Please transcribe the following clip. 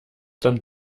dann